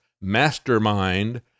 mastermind